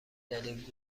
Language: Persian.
دلیل